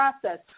process